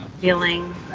feeling